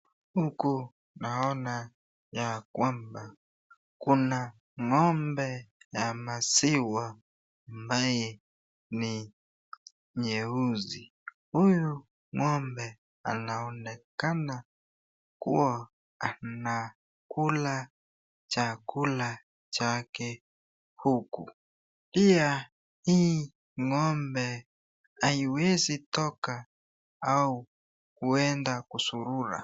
Huku naona ya kwamba , kuna ngombe ya maziwa ambaye ni nyeusi . Huyu ng'ombe anaonekana kuwa anakula chakula chake huku . Pia hii ng'ombe haiwezi toka au kuenda kuzurura.